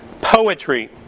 poetry